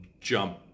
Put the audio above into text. jump